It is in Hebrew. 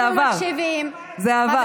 זה עבר.